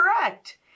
correct